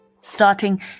starting